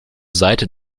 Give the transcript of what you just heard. seite